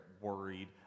worried